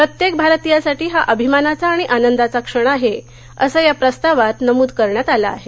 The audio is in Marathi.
प्रत्येक भारतीयासाठी हा अभिमानाचा आणि आनंदाचा क्षण आहे असं या प्रस्तावात नमूद करण्यात आलं आहे